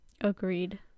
agreed